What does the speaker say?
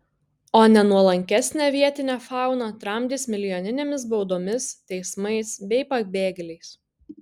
o nenuolankesnę vietinę fauną tramdys milijoninėmis baudomis teismais bei pabėgėliais